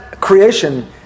creation